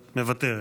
מוותרת,